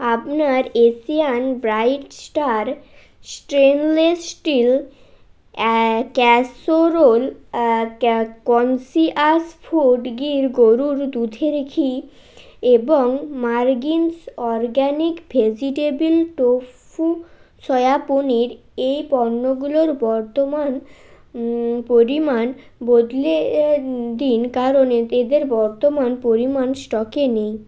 আপনার Asian Bright Star stainless steel uh casserole uh ক্যা Conscious Food Gir গরুর দুধের ঘি এবং মারগিন্স organic vegetable tofu soya paneer এই পণ্যগুলোর বর্তমান পরিমাণ বদলে এর দিন কারণ এদে এদের বর্তমান পরিমাণ স্টকে নেই